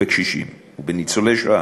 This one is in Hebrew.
של קשישים ושל ניצולי שואה.